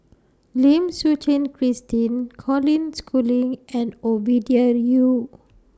Lim Suchen Christine Colin Schooling and Ovidia Yu